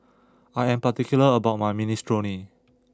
I am particular about my Minestrone